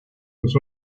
sus